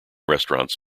restaurants